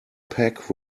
pack